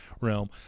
realm